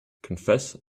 confess